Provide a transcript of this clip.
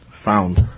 found